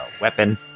weapon